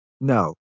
No